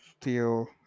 feel